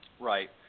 Right